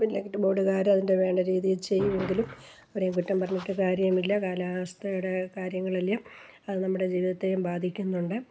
ബില്ലാക്കിയിട്ട് ബോഡുകാർ അതിൻ്റെ വേണ്ട രീതിയിൽ ചെയ്യും എങ്കിലും അവരെ കുറ്റം പറഞ്ഞിട്ടു കാര്യമില്ല കാലാവസ്ഥയുടെ കാര്യങ്ങളല്ലേ അതു നമ്മുടെ ജീവിതത്തെയും ബാധിക്കുന്നുണ്ട്